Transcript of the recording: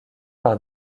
par